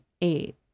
eight